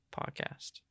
podcast